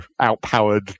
outpowered